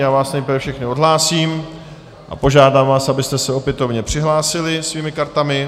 Nejprve vás všechny odhlásím a požádám vás, abyste se opětovně přihlásili svými kartami.